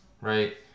right